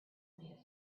made